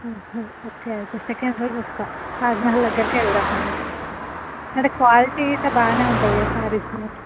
okay అయితే second రోజు వస్తాను తాజ్ మహల్ దగ్గరికి వెళ్దాం మరి అంటే క్వాలిటీ అట్ల బాగా ఉంటుంది కదా శారీస్ మీద